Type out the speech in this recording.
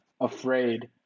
afraid